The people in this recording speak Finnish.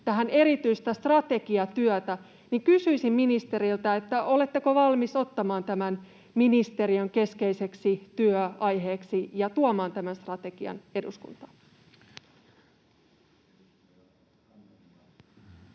tähän erityistä strategiatyötä. Kysyisin ministeriltä: oletteko valmis ottamaan tämän ministeriön keskeiseksi työaiheeksi ja tuomaan tämän strategian eduskuntaan?